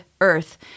earth